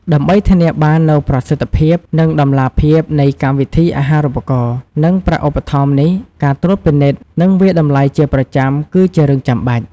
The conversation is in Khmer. ដើម្បីធានាបាននូវប្រសិទ្ធភាព និងតម្លាភាពនៃកម្មវិធីអាហារូបករណ៍ និងប្រាក់ឧបត្ថម្ភនេះ ការត្រួតពិនិត្យ និងវាយតម្លៃជាប្រចាំគឺជារឿងចាំបាច់។